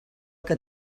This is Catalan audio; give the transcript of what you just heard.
que